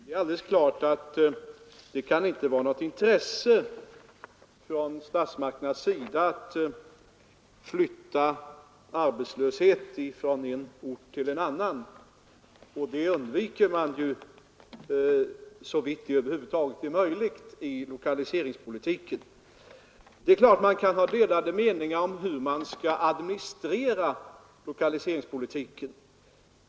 Herr talman! Det är klart att det inte kan vara något intresse från statsmakternas sida att flytta arbetslöshet från en ort till en annan, och det undviker man så vitt det över huvud taget är möjligt i lokaliseringspolitiken. Självfallet kan man ha delade meningar om hur lokaliseringspolitiken skall administreras.